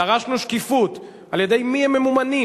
למה, למה, דרשנו שקיפות, על-ידי מי הם ממומנים